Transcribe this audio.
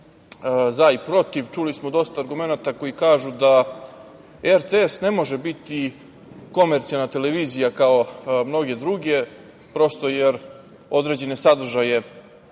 za i protiv. Čuli smo dosta argumenata koji kažu da RTS ne može biti komercijalna televizija kao mnogo druge, prosto, jer određene sadržaje